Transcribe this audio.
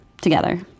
together